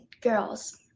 girls